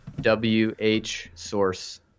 whsource